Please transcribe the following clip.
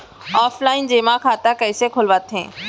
Offline जेमा खाता कइसे खोलवाथे?